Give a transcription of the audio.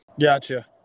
Gotcha